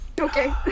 okay